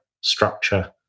structure